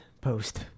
post